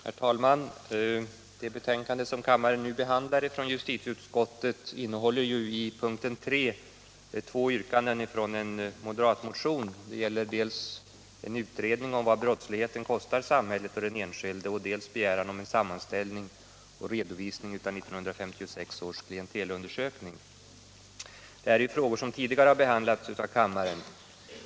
Herr talman! Det justitieutskottets betänkande som kammaren nu behandlar innehåller vid punkten 3 två yrkanden från en moderatmotion. Det gäller dels en utredning om vad brottsligheten kostar samhället och den enskilde, dels en begäran om en sammanställning och redovisning av 1956 års klientelundersöknings forskningsresultat. Dessa frågor har tidigare behandlats av kammaren.